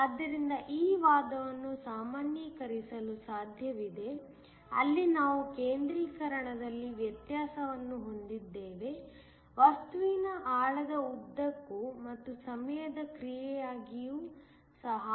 ಆದ್ದರಿಂದ ಈ ವಾದವನ್ನು ಸಾಮಾನ್ಯೀಕರಿಸಲು ಸಾಧ್ಯವಿದೆ ಅಲ್ಲಿ ನಾವು ಕೇಂದ್ರೀಕರಣದಲ್ಲಿ ವ್ಯತ್ಯಾಸವನ್ನು ಹೊಂದಿದ್ದೇವೆ ವಸ್ತುವಿನ ಆಳದ ಉದ್ದಕ್ಕೂ ಮತ್ತು ಸಮಯದ ಕ್ರಿಯೆಯಾಗಿಯೂ ಸಹ